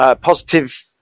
positive